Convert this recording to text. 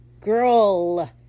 girl